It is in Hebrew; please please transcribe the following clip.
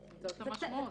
זאת המשמעות.